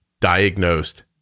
diagnosed